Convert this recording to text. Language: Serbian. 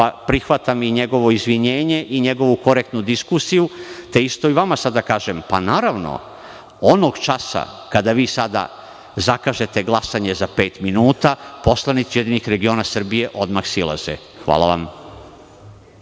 pa prihvatam i njegovo izvinjenje i njegovu korektnu diskusiju, te isto i vama sada kažem – pa naravno, onog časa kada vi sada zakažete glasanje za pet minuta, poslanici URS odmah silaze. Hvala vam.